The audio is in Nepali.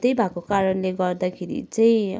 त्यही भएको कारणले गर्दाखेरि चाहिँ